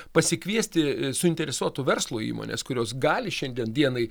pasikviesti suinteresuotų verslo įmones kurios gali šiandien dienai